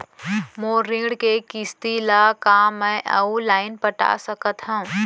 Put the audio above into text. मोर ऋण के किसती ला का मैं अऊ लाइन पटा सकत हव?